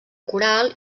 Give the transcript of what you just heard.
coral